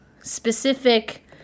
specific